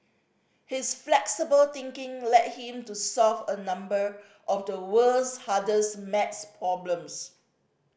his flexible thinking led him to solve a number of the world's hardest maths problems